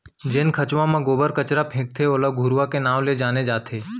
जेन खंचवा म गोबर कचरा फेकथे ओला घुरूवा के नांव ले जाने जाथे